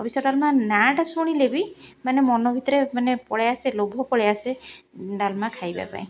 ହବିଷ ଡାଲମା ନାଁଟା ଶୁଣିଲେ ବି ମାନେ ମନ ଭିତରେ ମାନେ ପଳାଇ ଆସେ ଲୋଭ ପଳାଇ ଆସେ ଡାଲମା ଖାଇବା ପାଇଁ